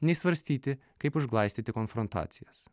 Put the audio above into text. nei svarstyti kaip užglaistyti konfrontacijas